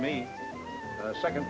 me a second